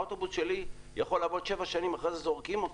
האוטובוס שלי יכול לעבוד שבע שנים ואחר כך זורקים אותו.